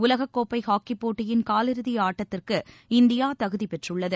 உலகக்கோப்பைஹாக்கிப்போட்டியின் காலிறுதிஆட்டத்திற்கு இந்தியாதகுதிபெற்றுள்ளது